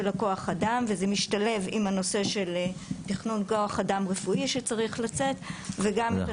כוח האדם וזה משתלב עם הנושא של תכנון כוח אדם רפואי שצריך לצאת וגם את